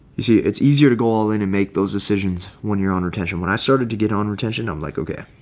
it's easier to go all in and make those decisions when you're on retention. when i started to get on retention, i'm like, okay,